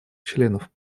членов